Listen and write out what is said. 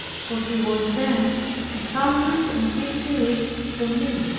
for he was then a hundred and fifty leagues from me.